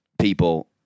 people